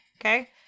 Okay